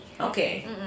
Okay